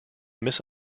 miss